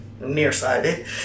nearsighted